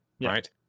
right